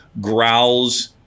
growls